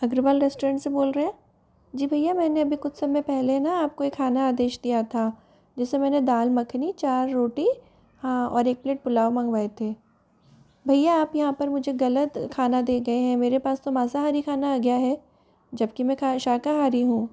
Agarwal restaurant से बोल रहे हैं जी भय्या मैं अभी कुछ समय पहले ना आप को एक खाना आदेश दिया था जैसे मैंने दाल मखनी चार रोटी हाँ और एक प्लेट पुलाव मगवाई थी भय्या आप यहाँ पर मुझे ग़लत खाना दे गए हैं मेरे पास तो मांसाहारी खाना आ गया है जब कि मैं शाकाहारी हूँ